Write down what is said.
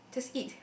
just eat